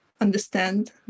understand